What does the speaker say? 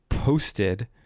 posted